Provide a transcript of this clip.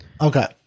Okay